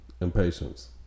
impatience